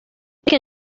eric